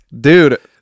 dude